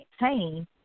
maintain